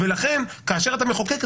לכן כאשר אתה מחוקק,